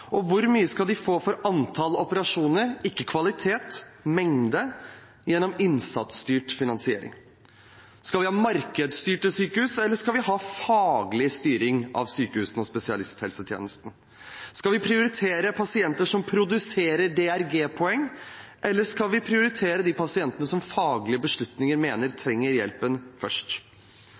Og hvor mye skal de få for antallet operasjoner – ikke kvalitet, men mengde – gjennom innsatsstyrt finansiering? Skal vi ha markedsstyrte sykehus, eller skal vi ha faglig styring av sykehusene og spesialisthelsetjenesten? Skal vi prioritere pasienter som produserer DRG-poeng, eller skal vi prioritere de pasientene som faglige beslutninger mener trenger hjelpen først?